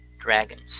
Dragons